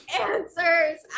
answers